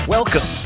Welcome